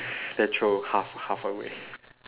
then throw half half away